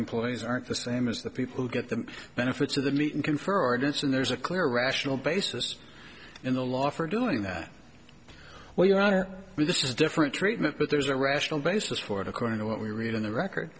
employees aren't the same as the people who get the benefits of the meat and confer ordinance and there's a clear rational basis in the law for doing that well your honor this is different treatment but there's a rational basis for it according to what we read in the record